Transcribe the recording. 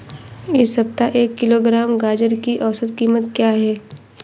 इस सप्ताह एक किलोग्राम गाजर की औसत कीमत क्या है?